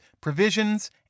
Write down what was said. provisions